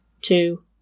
two